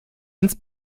ins